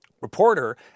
Reporter